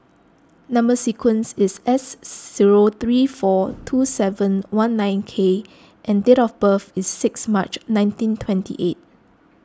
Number Sequence is S zero three four two seven one nine K and date of birth is six March nineteen twenty eight